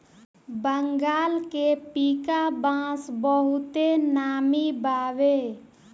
बंगाल के पीका बांस बहुते नामी बावे